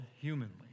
humanly